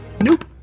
Nope